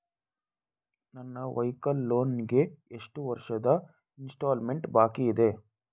ನನ್ನ vehicle loan ಗೆ ಎಷ್ಟು ವರ್ಷದ ಇನ್ಸ್ಟಾಲ್ಮೆಂಟ್ ಬಾಕಿ ಇದೆ?